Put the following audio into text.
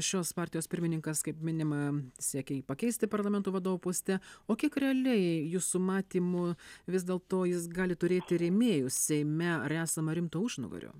šios partijos pirmininkas kaip minima siekia jį pakeisti parlamento vadovo poste o kiek realiai jūsų matymu vis dėl to jis gali turėti rėmėjų seime ar esama rimto užnugario